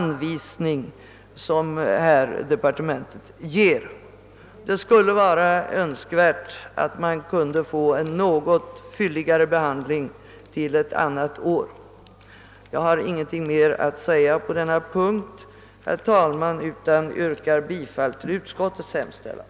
Det skulle vara önskvärt att man kunde få en något fylligare redovisning till ett annat år. Jag har ingenting mer ati säga på denna punkt, herr talman, utan yrkar bifall till utskottets hemställan.